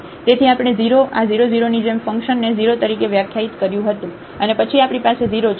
તેથી આપણે 0 આ 0 0 ની જેમ ફંકશનને 0 તરીકે વ્યાખ્યાયિત કર્યું હતું અને પછી આપણી પાસે 0 છે જ્યારે x y 0 હશે